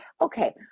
Okay